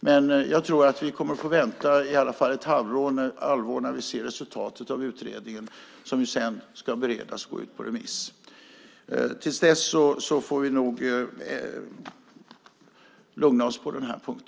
Men jag tror att vi kommer att få vänta i alla fall ett halvår tills vi får se resultatet av utredningen som sedan ska beredas och gå ut på remiss. Till dess får vi nog lugna oss på denna punkt.